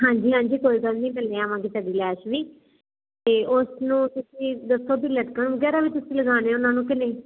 ਹਾਂਜੀ ਹਾਂਜੀ ਕੋਈ ਗੱਲ ਨੀ ਮੈਂ ਲਿਆਵਾਂਗੇ ਤੁਹਾਡੀ ਲੈਸ ਵੀ ਤੇ ਉਸ ਨੂੰ ਤੁਸੀਂ ਦੱਸੋ ਵੀ ਲਟਕ ਵਗੈਰਾ ਵੀ ਤੁਸੀਂ ਲਗਾਉਣੇ ਉਹਨਾਂ ਨੂੰ ਕਿ ਨਹੀਂ